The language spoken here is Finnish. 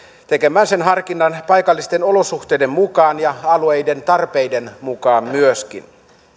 tekemään sen harkinnan paikallisten olosuhteiden mukaan ja alueiden tarpeiden mukaan myöskin